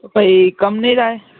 કંઈ કમ નહીં થાય